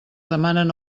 demanen